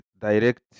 direct